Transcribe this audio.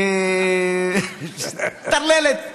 איתן כבל (המחנה הציוני): אה, טרללת.